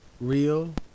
Real